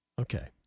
Okay